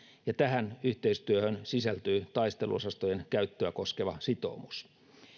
ja tähän yhteistyöhön sisältyy taisteluosastojen käyttöä koskeva sitoumus